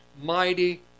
mighty